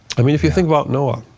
i mean, if you think about noah.